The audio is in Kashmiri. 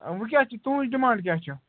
وٕ کیٛاہ چھِ تُہٕز ڈِمانٛڈ کیٛاہ چھِ